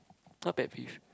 what pet peeve